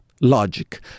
logic